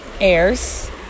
airs